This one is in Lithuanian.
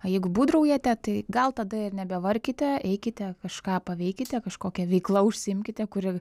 jeigu būdraujate tai gal tada ir nebevarkite eikite kažką paveikite kažkokia veikla užsiimkite kuri